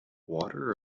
water